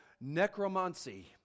necromancy